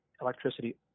electricity